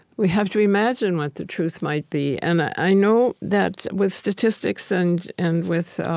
we have to imagine what the truth might be. and i know that with statistics and and with